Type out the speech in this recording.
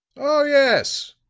oh, yes,